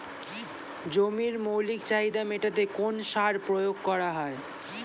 জমির মৌলিক চাহিদা মেটাতে কোন সার প্রয়োগ করা হয়?